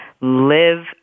live